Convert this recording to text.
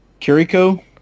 Kiriko